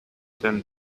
than